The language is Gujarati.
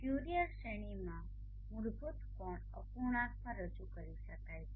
ફ્યુરિયર શ્રેણીમાં મૂળભૂત કોણ અપૂર્ણાંકમાં રજૂ કરી શકાય છે